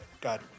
got